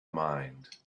mind